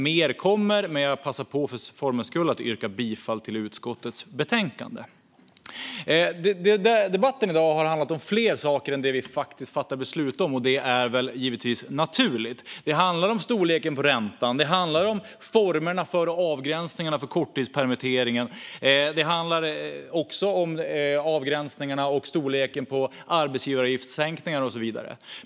Mer kommer, men jag passar för formens skull på att yrka bifall till utskottets förslag. Debatten i dag har handlat om fler saker än det vi faktiskt ska fatta beslut om, och det är givetvis naturligt. Det handlar om storleken på räntan, formerna för avgränsning när det gäller korttidspermittering, avgränsningarna för och storleken på arbetsgivaravgiftssänkningar och så vidare.